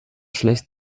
schlecht